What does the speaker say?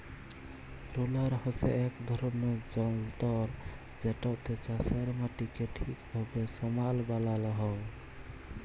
roller হছে ইক রকমের যল্তর যেটতে চাষের মাটিকে ঠিকভাবে সমাল বালাল হ্যয়